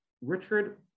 Richard